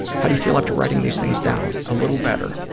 how do you feel after writing these things down? a little better.